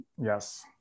Yes